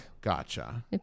Gotcha